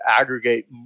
aggregate